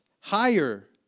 Higher